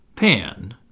Pan